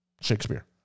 Shakespeare